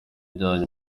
ryanyu